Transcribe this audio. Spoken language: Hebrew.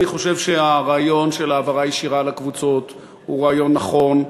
אני חושב שהרעיון של העברה ישירה לקבוצות הוא רעיון נכון,